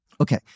Okay